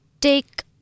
take